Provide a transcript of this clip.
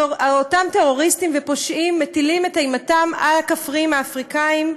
אותם טרוריסטים ופושעים מטילים את אימתם על הכפריים האפריקניים,